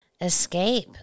escape